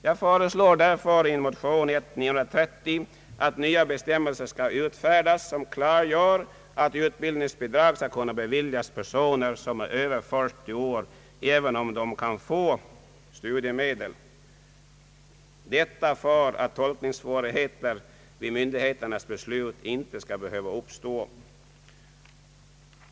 Jag föreslår därför i motion I:930 att nya bestämmelser skall utfärdas som klargör att utbildningsbidrag skall kunna beviljas personer som är över 40 år, även om de kan få studiemedel, detta för att tolkningssvårigheter vid myndigheternas beslut inte skall behöva uppstå.